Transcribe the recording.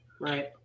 Right